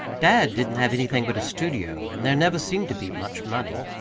dad didn't have anything but a studio, and there never seemed to be much money.